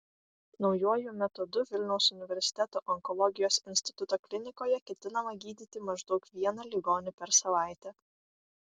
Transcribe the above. naujuoju metodu vilniaus universiteto onkologijos instituto klinikoje ketinama gydyti maždaug vieną ligonį per savaitę